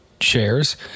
shares